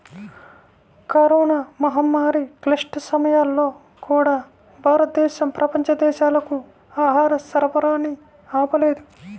corona మహమ్మారి క్లిష్ట సమయాల్లో కూడా, భారతదేశం ప్రపంచ దేశాలకు ఆహార సరఫరాని ఆపలేదు